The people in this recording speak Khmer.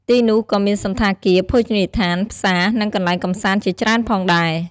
ទីនោះក៏មានសណ្ឋាគារ ភោជនីយដ្ឋាន ផ្សារ និងកន្លែងកម្សាន្តជាច្រើនផងដែរ។